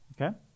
okay